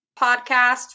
podcast